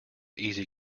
easy